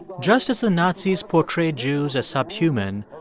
just as the nazis portrayed jews as subhuman,